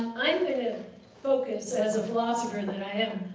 i'm going to focus, as a philosopher that i am,